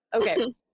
Okay